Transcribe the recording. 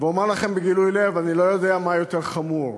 ואומר לכם בגילוי לב, אני לא יודע מה יותר חמור: